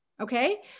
okay